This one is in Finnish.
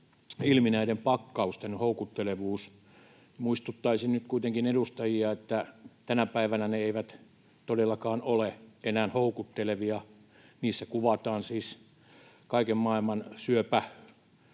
ilmi näiden pakkausten houkuttelevuus. Muistuttaisin nyt kuitenkin edustajia, että tänä päivänä ne eivät todellakaan ole enää houkuttelevia. Niissä kuvataan kaiken maailman